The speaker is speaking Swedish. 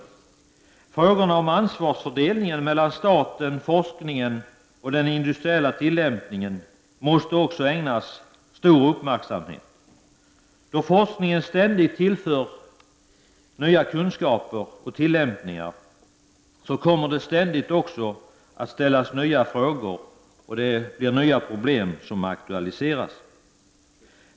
Också frågorna om ansvarsfördelningen mellan staten, forskningen och den industriella tillämpningen måste ägnas stor uppmärksamhet. Då forskningen ständigt tillförs nya kunskaper och tillämpningar kommer det också ständigt att ställas nya frågor, och nya problem kommer att aktualiseras.